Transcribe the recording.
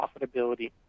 profitability